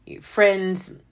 friends